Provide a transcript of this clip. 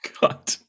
God